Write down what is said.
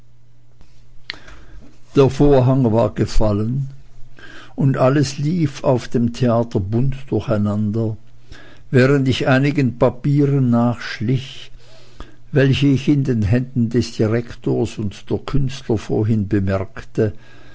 der vorhang war gefallen und alles lief auf dem theater bunt durcheinander während ich einigen papieren nachschlich welche ich in den händen des direktors und der künstler vorhin bemerkte